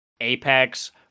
apex